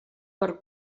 per